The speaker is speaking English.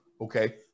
Okay